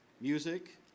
music